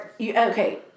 Okay